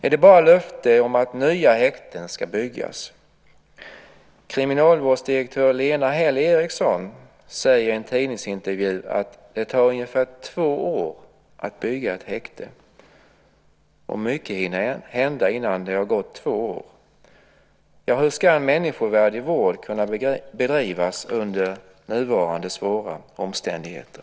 Är det bara löfte om att nya häkten ska byggas? Kriminalvårdsdirektören Lena Häll Eriksson säger i en tidningsintervju att det tar ungefär två år att bygga ett häkte. Mycket hinner hända innan det har gått två år. Hur ska människovärde i vård kunna beaktas under nuvarande svåra omständigheter?